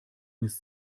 miss